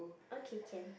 okay can